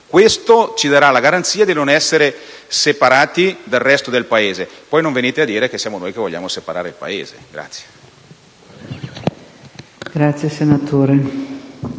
Questo ci darà la garanzia di non essere separati dal resto del Paese. Poi non venite a dire che siamo noi che vogliamo separare il Paese.